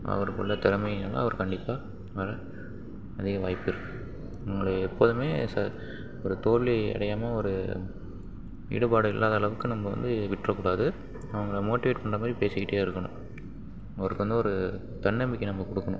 அவருக்குள்ளே திறமையும் இருந்தால் அவர் கண்டிப்பாக வர அதிக வாய்ப்பிருக்குது அவங்கள எப்போவுமே ச ஒரு தோல்வி அடையாமல் ஒரு ஈடுபாடு இல்லாத அளவுக்கு நம்ம வந்து விட்டுறக் கூடாது அவங்கள மோட்டிவேட் பண்ணுற மாதிரி பேசிக்கிட்டே இருக்கணும் அவருக்கு வந்து ஒரு தன்னம்பிக்கை நம்ம கொடுக்கணும்